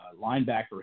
linebacker